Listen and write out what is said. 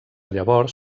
llavors